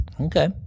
Okay